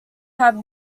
have